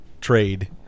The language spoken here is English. trade